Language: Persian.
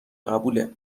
قبوله